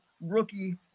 rookie